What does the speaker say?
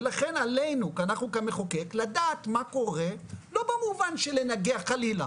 ולכן עלינו כי אנחנו גם מחוקק לדעת מה קורה לא במובן של לנגח חלילה